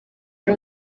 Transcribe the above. ari